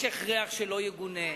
יש הכרח שלא יגונה,